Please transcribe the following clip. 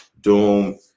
Doom